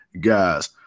Guys